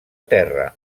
terra